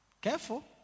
Careful